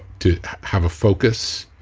to have a focus